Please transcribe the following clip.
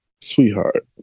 Sweetheart